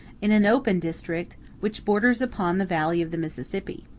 in an open district, which borders upon the valley of the mississippi.